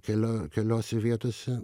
kelio keliose vietose